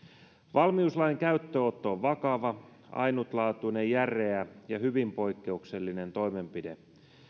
valmiuslain käyttöönotto on vakava ainutlaatuinen järeä ja hyvin poikkeuksellinen toimenpide